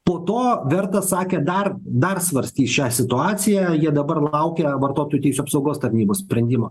po to verta sakė dar dar svarstys šią situaciją jie dabar laukia vartotojų teisių apsaugos tarnybos sprendimo